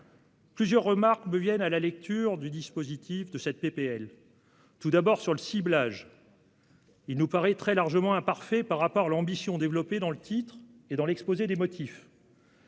Plusieurs remarques me viennent à la lecture du texte. Tout d'abord, le ciblage nous paraît très largement imparfait par rapport à l'ambition développée dans l'intitulé et dans l'exposé des motifs.